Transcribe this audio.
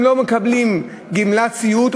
הם לא מקבלים גמלת סיעוד,